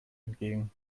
entgegen